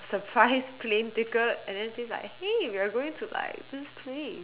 surprise plane ticket and then says like hey we are going to like this place